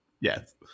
Yes